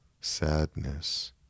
sadness